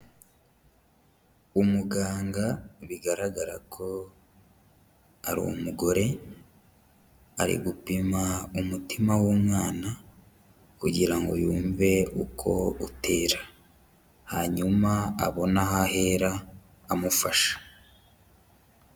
Umuganga bigaragara ko ari umugore, ari gupima umutima w'umwana kugira ngo yumve uko utera, hanyuma abone aho ahera amufasha.